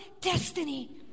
destiny